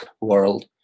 world